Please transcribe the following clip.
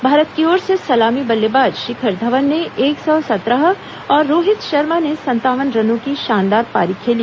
भारत की ओर से सलामी बल्लेबाज शिखर धवन ने एक सौ सत्रह और रोहित शर्मा ने संतावन रनों की शानदार पारी खेली